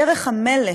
בדרך המלך,